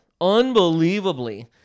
Unbelievably